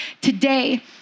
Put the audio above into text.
today